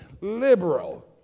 liberal